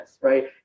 right